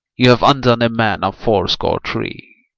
you have undone a man of fourscore-three,